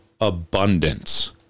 abundance